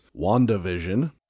WandaVision